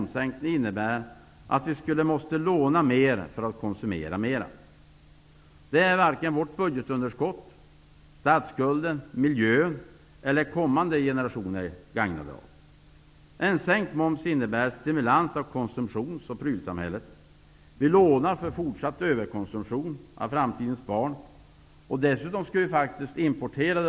Sänkningarna har också haft genomslagskraft på de långa räntorna och bostadslåneräntorna. Det visar att vi på flera sätt är på rätt väg. Lägre räntor stimulerar till nya investeringar, vilket innebär ökad tillväxt, nya arbetstillfällen och billigare bostadslån. Herr talman!